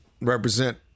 represent